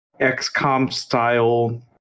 XCOM-style